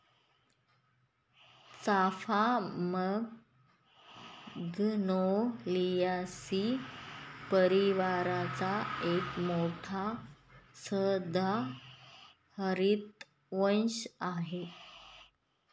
चाफा मॅग्नोलियासी परिवाराचा एक मोठा सदाहरित वृक्ष आहे